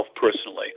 personally